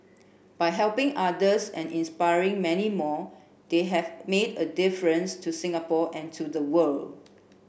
by helping others and inspiring many more they have made a difference to Singapore and to the world